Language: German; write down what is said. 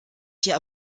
hier